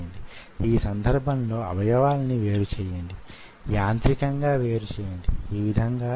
వంద మైక్రాన్ లు కావచ్చు 5 వందల మైక్రాన్ లు కావచ్చు